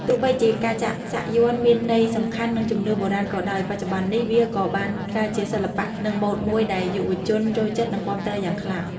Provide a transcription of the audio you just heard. ទោះបីជាការចាក់សាក់យ័ន្តមានន័យសំខាន់ និងជំនឿបុរាណក៏ដោយ បច្ចុប្បន្ននេះវាក៏បានក្លាយជាសិល្បៈនិងម៉ូដមួយដែលយុវជនចូលចិត្ត និងគាំទ្រយ៉ាងខ្លាំង។